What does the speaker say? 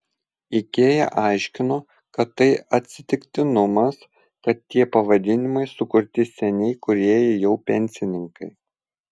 ikea aiškino kad tai atsitiktinumas kad tie pavadinimai sukurti seniai kūrėjai jau pensininkai